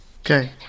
Okay